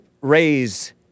raise